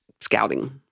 scouting